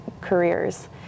careers